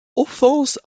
offense